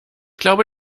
glaube